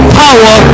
power